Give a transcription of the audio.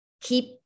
keep